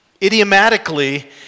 Idiomatically